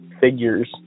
figures